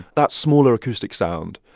that smaller acoustic sound.